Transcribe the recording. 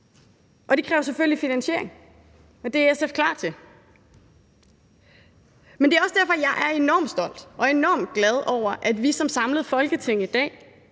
Det kræver selvfølgelig finansiering, og det er SF klar til. Men det er også derfor, jeg er enormt stolt over og enormt glad for, at vi som samlet Folketing i dag